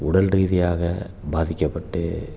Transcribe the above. உடல் ரீதியாக பாதிக்கப்பட்டு